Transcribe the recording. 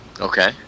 Okay